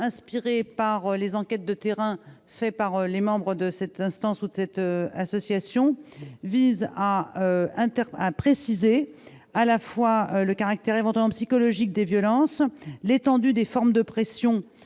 inspirés par les enquêtes de terrain réalisées par les membres de cette instance et de cette association, vise à préciser à la fois le caractère éventuellement psychologique des violences, l'étendue des formes de pression